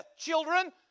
children